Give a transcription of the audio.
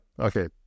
Okay